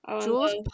Jules